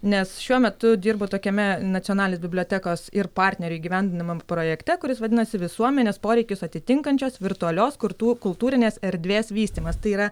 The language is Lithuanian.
nes šiuo metu dirbu tokiame nacionalinės bibliotekos ir partnerių įgyvendinamam projekte kuris vadinasi visuomenės poreikius atitinkančios virtualios kurtų kultūrinės erdvės vystymas tai yra